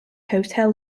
hotel